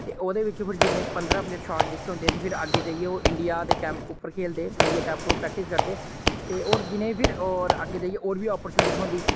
ते ओह्दे बिच फही जिन्ने पंदरां प्लेयर शार्टलिस्ट होंदे ते फ्ही अग्गे अग्गे जेइये फिह केह् आक्खदे कैंम उप्पर खेलदे इंडिया कैंम उप्पर प्रैक्टिस करदे ते ओर जिने फिर ओर अग्गे जेइये और बी आपरचूनिटी थ्होंदी